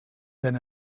than